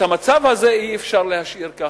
את המצב הזה אי-אפשר להשאיר ככה.